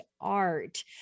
art